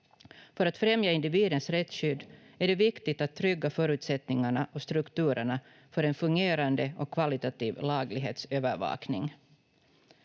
För att främja individens rättsskydd är det viktigt att trygga förutsättningarna och strukturerna för en fungerande och kvalitativ laglighetsövervakning.